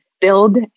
build